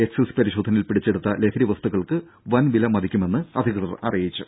excise പരിശോധനയിൽ പിടിച്ചെടുത്ത ലഹരി വസ്തുക്കൾക്ക് വൻ വിലമതിക്കുമെന്ന് അധികൃതർ അറിയിച്ചു